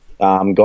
Got